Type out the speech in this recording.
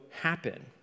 happen